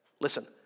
Listen